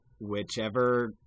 whichever